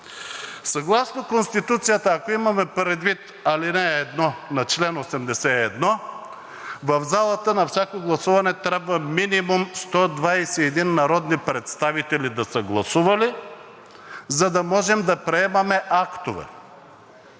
Съгласно Конституцията, ако имаме предвид ал. 1 на чл. 81, в залата на всяко гласуване трябва минимум 121 народни представители да са гласували, за да можем да приемаме актове.